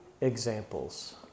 examples